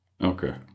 Okay